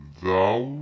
thou